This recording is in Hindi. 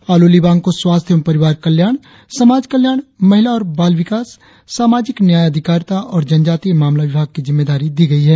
आलो लिबांग को स्वास्थ्य एंव परिवार कल्याण समाज कल्याण महिला और बाल विकास सामाजिक न्याय अधिकारिता और जनजातीय मामला विभाग की जिम्मेदारी दी गई है